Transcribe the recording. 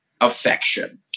affection